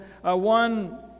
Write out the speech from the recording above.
one